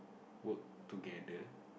work together